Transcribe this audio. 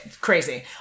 crazy